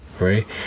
right